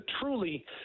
truly